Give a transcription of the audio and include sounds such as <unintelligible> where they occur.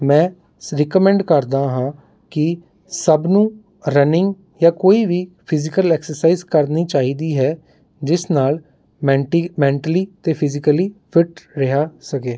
ਮੈਂ <unintelligible> ਰਿਕਮੈਂਡ ਕਰਦਾ ਹਾਂ ਕਿ ਸਭ ਨੂੰ ਰਨਿੰਗ ਜਾਂ ਕੋਈ ਵੀ ਫਿਜ਼ੀਕਲ ਐਕਸਰਸਾਈਜ਼ ਕਰਨੀ ਚਾਹੀਦੀ ਹੈ ਜਿਸ ਨਾਲ <unintelligible> ਮੈਂਟਲੀ ਅਤੇ ਫਿਜ਼ੀਕਲੀ ਫਿੱਟ ਰਿਹਾ ਸਕੇ